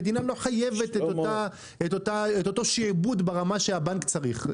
המדינה לא חייבת את אותו שיעבוד ברמה בה הבנק צריך.